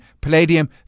Palladium